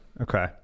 Okay